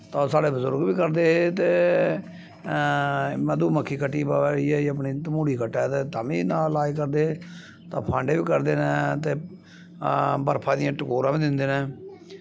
ते ओह् साढ़े बजुर्ग बी करदे हे ते मधुमक्खी कट्टी पवै इयै ही अपनी तमूह्ड़ी कट्टै ते ताम्मी ना लाज करदे हे तां फांडे बी करदे न ते बर्फां दियां टकोरां बी दिंदे न